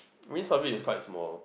wind surfing is quite small